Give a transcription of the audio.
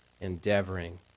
endeavoring